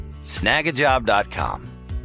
Snagajob.com